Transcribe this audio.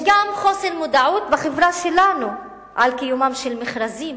יש גם חוסר מודעות בחברה שלנו לקיומם של מכרזים